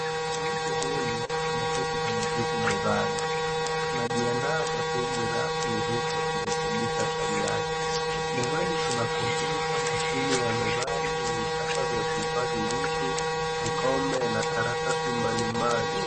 Mtu huyu ameketi kwenye kiti mezani. Anajiandaa kwa shughuli rasmi huku akirekebisha tai yake. Mezani kuna kompyuta, simu ya mezani, vikasha vya kuhifadhi vitu, kikombe na karatasi mbalimbali.